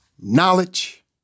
knowledge